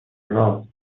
راست